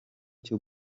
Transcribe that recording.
cyo